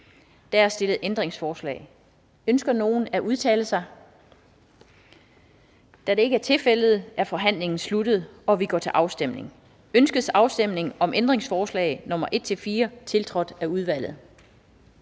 Der er stillet ændringsforslag. Ønsker nogen at udtale sig? Da det ikke er tilfældet, er forhandlingen sluttet, og vi går til afstemning. Kl. 16:55 Afstemning Den fg. formand (Annette